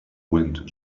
wind